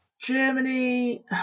Germany